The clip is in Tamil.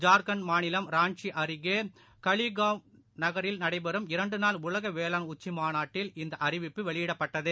ஜார்க்கண்ட் மாநிலம் ராஞ்சிஅருகேகெல்கான் நகரில் நடைபெறும் இரண்டுநாள் உலகவேளாண் உச்சிமாநாட்டில் இந்தஅறிவிப்பு வெளியிடப்பட்டது